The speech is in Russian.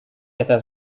это